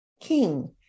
king